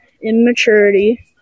immaturity